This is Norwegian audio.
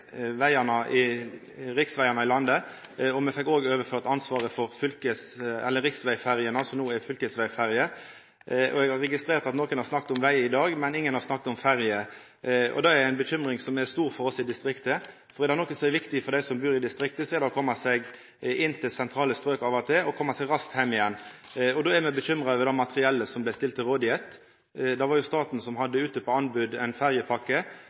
riksvegane i landet, og me fekk òg overført ansvaret for riksvegferjene, som no er fylkesvegferjer. Eg har registrert at nokon har snakka om veg i dag, men ingen har snakka om ferjer. Dette er ei bekymring som er stor for oss ute i distriktet, for er det noko som er viktig for dei som bur i distriktet, er det å koma seg inn til sentrale strøk av og til og å koma seg raskt heim igjen. Og då er me bekymra over det materiellet som ble stilt til rådigheit. Det var jo staten som hadde ute på anbod ei ferjepakke,